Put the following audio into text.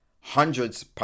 hundreds